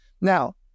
Now